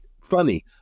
funny